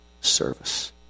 service